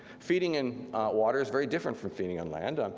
feeding in water is very different from feeding in land. um